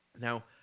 Now